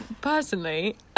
Personally